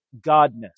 godness